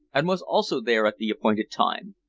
and was also there at the appointed time.